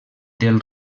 del